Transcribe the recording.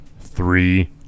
Three